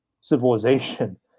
civilization